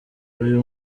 uyu